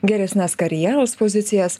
geresnes karjeros pozicijas